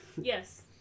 Yes